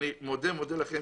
אני מודה לכם.